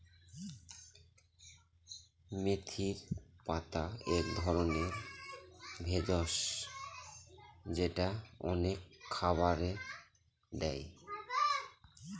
মেথির পাতা এক ধরনের ভেষজ যেটা অনেক খাবারে দেয়